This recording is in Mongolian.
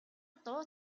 дуу